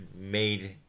made